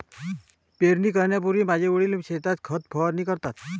पेरणी करण्यापूर्वी माझे वडील शेतात खत फवारणी करतात